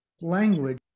language